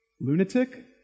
lunatic